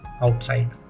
outside